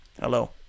Hello